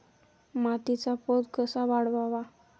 मातीचा पोत कसा वाढवावा?